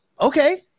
Okay